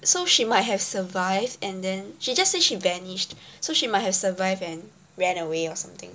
so she might have survived and then she just say she vanished so she might have survived and ran away or something